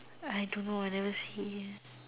I don't know I never see